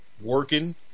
Working